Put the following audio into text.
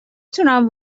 توانم